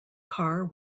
car